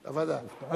עבַדה, "רבּוֹטָה".